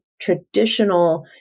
traditional